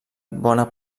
bona